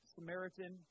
Samaritan